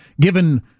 Given